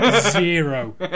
zero